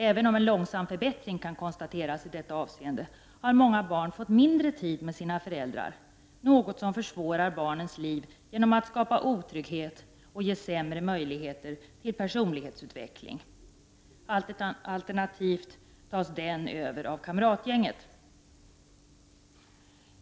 Även om en långsam förbättring kan konstateras i detta avseende har många barn fått mindre tid med sina föräldrar, något som försvårar barnens liv genom att det skapar otrygghet och ger sämre möjligheter till personlighetsutveckling. Alternativt tas den över av kamratgänget.